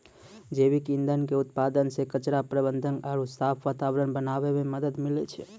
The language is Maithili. जैविक ईंधन के उत्पादन से कचरा प्रबंधन आरु साफ वातावरण बनाबै मे मदत मिलै छै